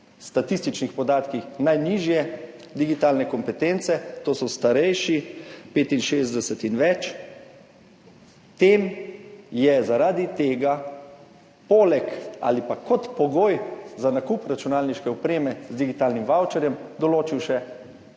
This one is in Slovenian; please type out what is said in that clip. statističnih podatkih najnižje digitalne kompetence, to so starejši 65 in več, tem je kot pogoj za nakup računalniške opreme z digitalnim vavčerjem določil še